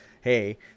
hey